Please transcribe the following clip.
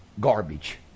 garbage